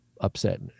upset